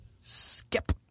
Skip